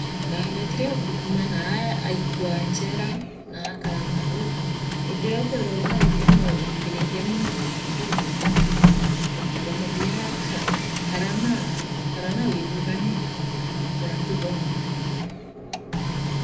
Naa weetire ookukumana aikua nchela naa akara nau gutirio ukeethirwa wina gikenoo uthithiritie muntu untu buuthuku untu bwamuthiaa kaa kara na wiiguithanio kiri antu bonthe.